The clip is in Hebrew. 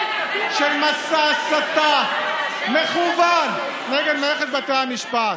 של מסע הסתה מכוון נגד מערכת בתי המשפט,